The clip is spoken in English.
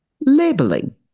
Labeling